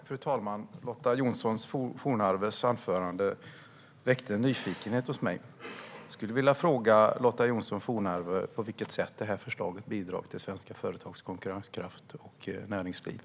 Fru talman! Lotta Johnsson Fornarves anförande väckte en nyfikenhet hos mig. Jag skulle vilja fråga Lotta Johnsson Fornarve på vilket sätt det här förslaget bidrar till näringslivet och till svenska företags konkurrenskraft.